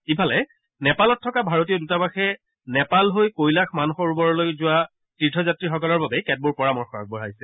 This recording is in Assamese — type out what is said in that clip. ইফালে নেপালত থকা ভাৰতীয় দূতাৱাসে নেপাল হৈ কৈলাশ মানসৰোবৰলৈ যোৱা তীৰ্থযাত্ৰীসকলৰ বাবে কেতবোৰ পৰামৰ্শ আগবঢ়াইছে